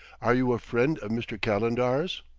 are you a friend of mr. calendar's?